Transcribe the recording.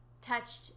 touched